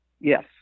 yes